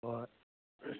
ꯍꯣꯏ